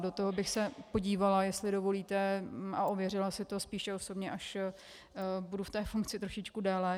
Do toho bych se podívala, jestli dovolíte, a ověřila si to spíše osobně, až budu ve funkci trošičku déle.